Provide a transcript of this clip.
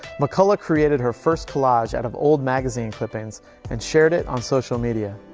mcculla created her first collage out of old magazine clippings and shared it on social media.